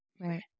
Right